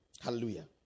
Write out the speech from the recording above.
Hallelujah